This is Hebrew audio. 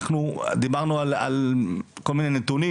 דיברנו על כל מיני נתונים,